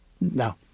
no